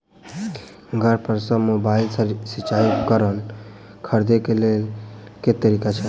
घर पर सऽ मोबाइल सऽ सिचाई उपकरण खरीदे केँ लेल केँ तरीका छैय?